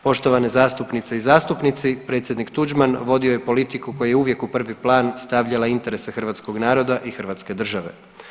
Poštovane zastupnice i zastupnici predsjednik Tuđman vodio je politiku koja je uvijek u prvi plan stavljala interese hrvatskog naroda i Hrvatske države.